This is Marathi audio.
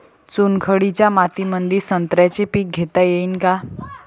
चुनखडीच्या मातीमंदी संत्र्याचे पीक घेता येईन का?